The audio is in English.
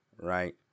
right